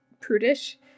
prudish